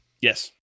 Yes